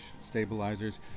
stabilizers